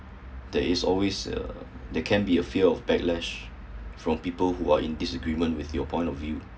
there is always uh there can be a few of back latch from people who are in disagreement with your point of view